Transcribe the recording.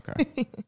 Okay